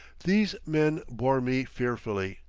these men bore me fearfully,